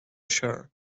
sure